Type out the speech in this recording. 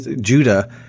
Judah